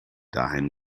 daheim